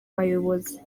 bayobozi